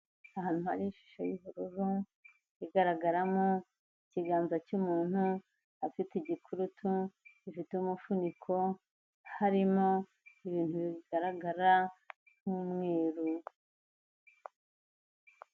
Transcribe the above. Ahantu hari ishusho y'ubururu, igaragaramo ikiganza cy'umuntu, afite igikurutu gifite umufuniko, harimo ibintu bigaragara nk'umweru.